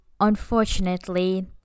unfortunately